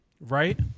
right